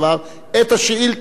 את השאילתא כפי שהיא.